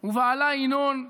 ובעלה ינון,